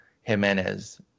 Jimenez